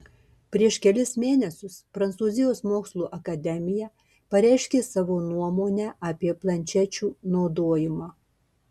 prieš kelis mėnesius prancūzijos mokslų akademija pareiškė savo nuomonę apie planšečių naudojimą